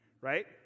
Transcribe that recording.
Right